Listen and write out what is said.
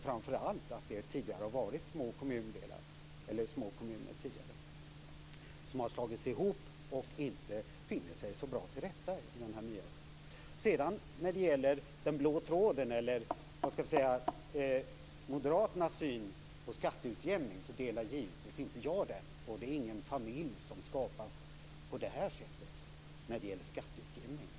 Framför allt gäller det för tidigare små kommuner som har slagits ihop men som inte har funnit sig så bra till rätta med detta. När det sedan gäller "den blå tråden" eller moderaternas syn på skatteutjämningen vill jag säga att jag givetvis inte delar denna. Det skapas på det sättet inte någon familj när det gäller skatteutjämning.